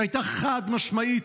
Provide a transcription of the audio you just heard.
הייתה חד-משמעית: